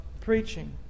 preaching